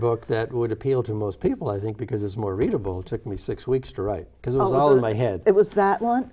book that would appeal to most people i think because it's more readable took me six weeks to write because all in my head it was that one